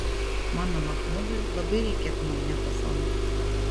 mano machmudui labai reikėtų magnetofono